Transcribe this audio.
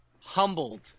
humbled